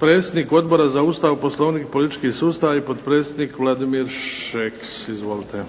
Predsjednik Odbora za Ustav, Poslovnik i politički sustav i potpredsjednik Vladimir Šeks. Izvolite.